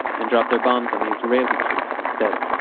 and dropped their bombs on the israeli troops instead.